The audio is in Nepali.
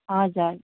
हजुर